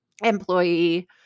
employee